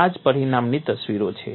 આ જ પરિણામની તસવીરો છે